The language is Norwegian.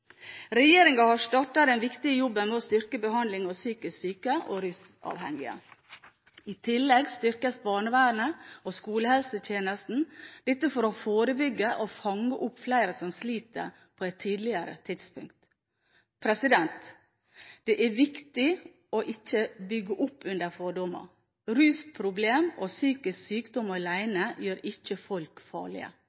har startet den viktige jobben med å styrke behandlingen av psykisk syke og rusavhengige. I tillegg styrkes barnevernet og skolehelsetjenesten for å forebygge og fange opp flere som sliter, på et tidligere tidspunkt. Det er viktig ikke å bygge opp under fordommer. Rusproblemer og psykisk sykdom